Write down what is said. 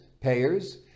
payers